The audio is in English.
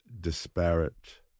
disparate